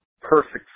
perfect